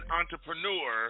entrepreneur